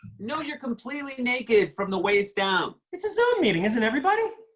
no, you're completely naked from the waist down! it's a zoom meeting! isn't everybody?